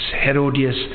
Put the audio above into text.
Herodias